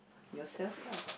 yourself lah